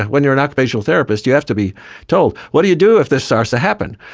when you are an occupational therapist you have to be told what do you do if this starts to happen.